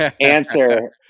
answer